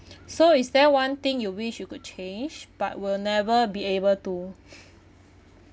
so is there one thing you wish you could change but will never be able to